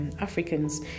Africans